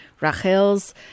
Rachel's